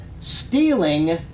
stealing